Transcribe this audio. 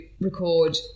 record